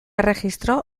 erregistro